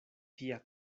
tia